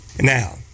Now